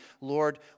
Lord